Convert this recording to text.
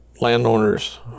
landowners